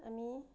আমি